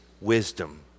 wisdom